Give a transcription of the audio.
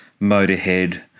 Motorhead